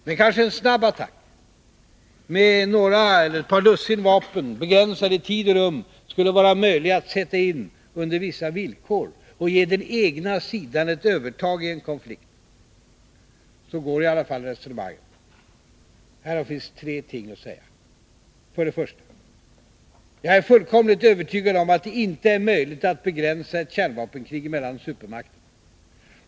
Men kanske en snabb attack, med ett par eller några dussin vapen, begränsad i tid och rum, skulle vara möjlig att sätta in under vissa villkor och ge den egna sidan övertag i en konflikt. Så går i alla fall resonemangen. Härom finns tre ting att säga. För det första: Jag är fullkomligt övertygad om att det inte är möjligt att begränsa ett kärnvapenkrig mellan supermakterna.